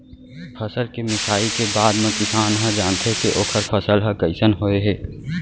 फसल के मिसाई के बादे म किसान ह जानथे के ओखर फसल ह कइसन होय हे